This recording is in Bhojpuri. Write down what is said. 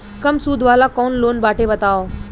कम सूद वाला कौन लोन बाटे बताव?